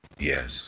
Yes